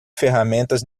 ferramentas